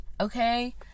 okay